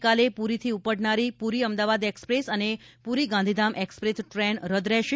આવતીકાલે પૂરીથી ઉપડનારી પૂરી અમદાવાદ એક્સપ્રેસ અને પુરી ગાંધીધામ એક્સપ્રેસ ટ્રેન રદ રહેશે